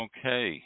Okay